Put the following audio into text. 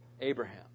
Abraham